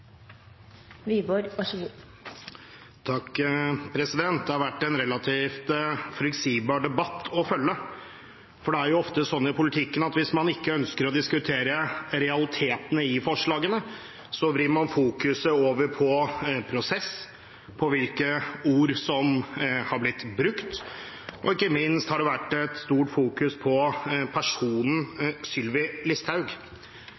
Det har vært en relativt forutsigbar debatt å følge. Det er ofte sånn i politikken at hvis man ikke ønsker å diskutere realitetene i forslagene, vrir man fokuset over på prosess, på hvilke ord som har blitt brukt – ikke minst har det vært et stort fokus på personen Sylvi Listhaug